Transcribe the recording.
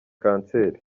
kanseri